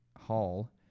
Hall